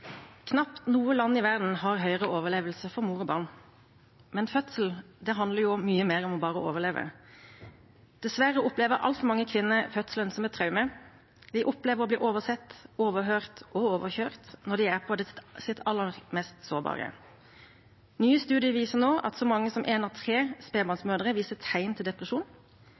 overleve. Dessverre opplever altfor mange kvinner fødselen som et traume. De opplever å bli oversett, overhørt og overkjørt når de er på sitt aller mest sårbare. Nye studier viser nå at så mange som en av tre spedbarnsmødre viser tegn til depresjon.